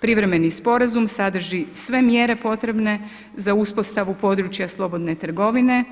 Privremeni sporazum sadrži sve mjere potrebne za uspostavu područja slobodne trgovine